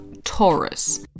Taurus